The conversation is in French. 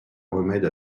remède